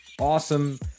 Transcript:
awesome